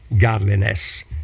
godliness